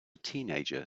teenager